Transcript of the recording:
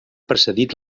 precedit